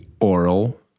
oral